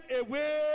away